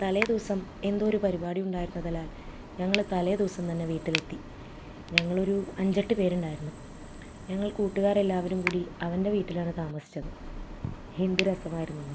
തലേദിവസം എന്തോ ഒരു പരിപാടി ഉണ്ടായിരുന്നതിനാൽ ഞങ്ങള് തലേദിവസം തന്നെ വീട്ടിലെത്തി ഞങ്ങളൊരു അഞ്ച് എട്ടു പേരുണ്ടായിരുന്നു ഞങ്ങൾ കൂട്ടുകാരെല്ലാവരും കൂടി അവൻ്റെ വീട്ടിലാണ് താമസിച്ചത് എന്തു രസമായിരുന്നെന്നോ